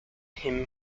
him